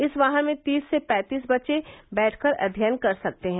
इस वाहन में तीस से पैंतीस बच्चे बैठकर अध्ययन कर सकते हैं